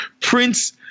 Prince